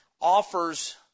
offers